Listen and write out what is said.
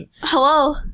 Hello